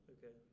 Okay